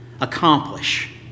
accomplish